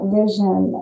vision